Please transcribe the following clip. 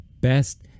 Best